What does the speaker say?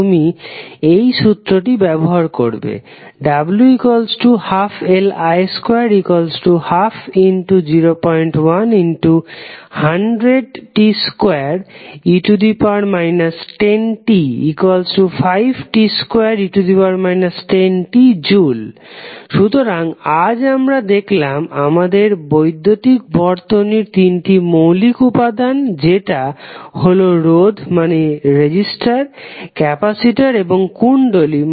তুমি এই সূত্রটি ব্যবহার করবে w12Li21201100t2e 10t5t2e 10tJ সুতরাং আজ আমরা দেখলাম আমাদের বৈদ্যুতিক বর্তনীর তিনটি মৌলিক উপাদান যেটা হলো রোধ ক্যাপাসিটর এবং কুণ্ডলী